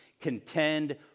contend